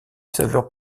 saveur